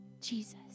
Jesus